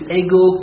ego